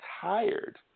tired